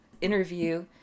interview